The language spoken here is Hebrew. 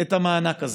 את המענק הזה,